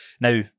Now